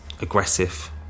aggressive